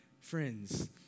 friends